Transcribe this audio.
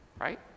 right